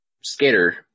skater